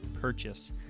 purchase